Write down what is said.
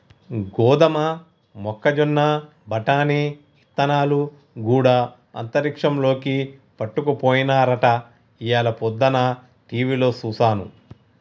గోదమ మొక్కజొన్న బఠానీ ఇత్తనాలు గూడా అంతరిక్షంలోకి పట్టుకపోయినారట ఇయ్యాల పొద్దన టీవిలో సూసాను